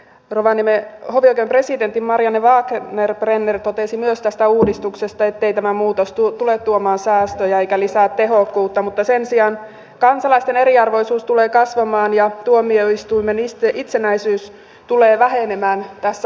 rovaniemen hovioikeuden presidentti marianne wagner prenner totesi myös tästä uudistuksesta ettei tämä muutos tule tuomaan säästöjä eikä lisää tehokkuutta mutta sen sijaan kansalaisten eriarvoisuus tulee kasvamaan ja tuomioistuimen itsenäisyys tulee vähenemään tässä asiassa